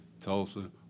Tulsa